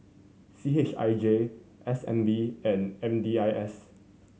C H I J S N B and M D I S